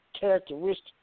characteristic